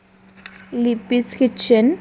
লিপিছ kitchen